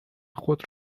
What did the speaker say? خود